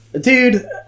Dude